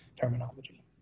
terminology